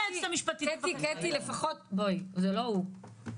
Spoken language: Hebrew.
קטי, זה לא הוא.